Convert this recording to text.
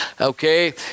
okay